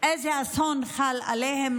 איזה אסון חל עליהם,